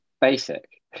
basic